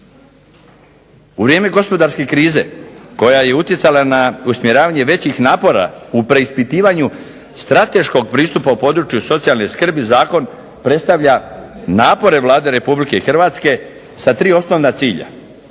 U vrijeme gospodarske krize koja je utjecala na usmjeravanje većih napora u preispitivanju strateškog pristupa u području socijalne skrbi zakon predstavlja napore Vlade Republike Hrvatske sa tri osnovna cilja,